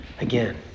again